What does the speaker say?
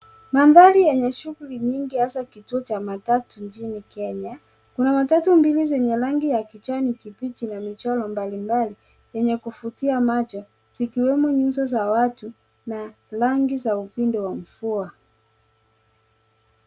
Magari yenye shughuli nyingi hasa kituo cha matatu nchini Kenya. Kuna matatu mbili zenye rangi ya kijani kibichi na michoro mbalimbali yenye kuvutia macho. Zikiwemo nyuso za watu na rangi za upinde wa mvua.